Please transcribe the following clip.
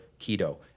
keto